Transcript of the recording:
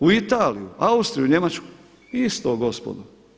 U Italiju, Austriju, Njemačku isto gospodo.